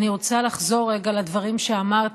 אני רוצה לחזור רגע על הדברים שאמרתי